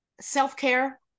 self-care